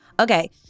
Okay